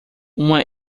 uma